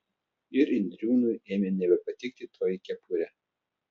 ir indriūnui ėmė nebepatikti toji kepurė